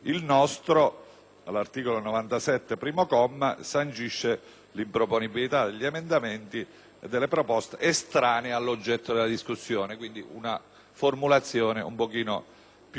all'articolo 97, comma 1, sancisce l'improponibilità degli emendamenti e delle proposte estranei all'oggetto della discussione, con una formulazione quindi un po' più ampia.